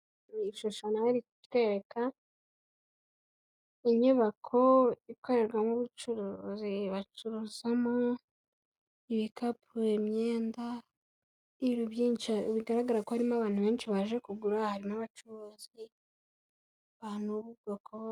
Iki ngiki akaba ari icyapa kerekana ko aga ngaha ari mu karere ka Bugesera, Akarere ka Bugesera gaherereye mu ntara y'iburasira zuba mu gihugu cy'urwanda, ni ahantu heza harambuye gusa haba ubushyuhe.